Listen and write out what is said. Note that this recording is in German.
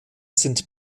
sind